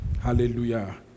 hallelujah